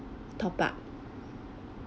top up